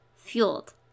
fueled